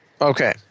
Okay